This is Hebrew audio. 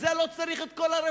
בשביל זה לא צריך את כל הרפורמה,